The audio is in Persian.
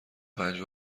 پنج